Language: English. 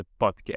podcast